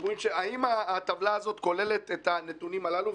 האם הטבלה הזאת כוללת את הנתונים הללו?